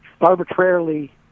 arbitrarily